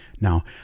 Now